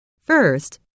First